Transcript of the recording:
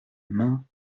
main